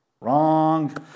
Wrong